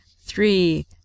three